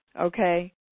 Okay